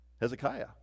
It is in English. hezekiah